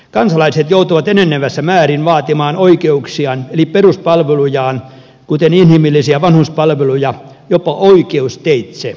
kansalaiset joutuvat enenevässä määrin vaatimaan oikeuksiaan eli peruspalvelujaan kuten inhimillisiä vanhuspalveluja jopa oikeusteitse